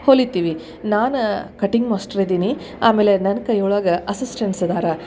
ಹೊಲೀತೀವಿ ನಾನೆ cutting master ಇದೀನಿ ಆಮೇಲೆ ನನ್ನ ಕೈಯೊಳಗೆ ಅಸಿಸ್ಟೆನ್ಸ್ ಇದ್ದಾರೆ